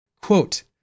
Quote